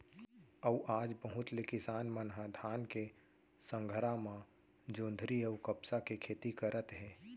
अउ आज बहुत ले किसान मन ह धान के संघरा म जोंधरी अउ कपसा के खेती करत हे